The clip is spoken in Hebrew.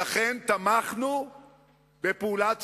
לכן תמכנו בפעולה צבאית,